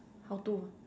how to